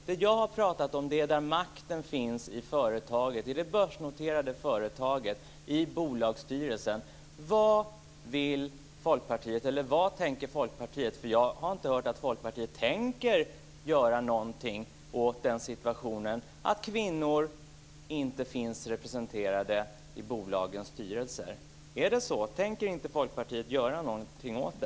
Det jag har pratat om är hur det ser ut där makten finns i företaget, i det börsnoterade företaget, i bolagsstyrelsen. Folkpartiet tänker göra någonting åt att kvinnor inte finns representerade i bolagens styrelser. Tänker inte